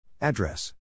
Address